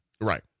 Right